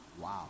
Wow